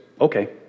okay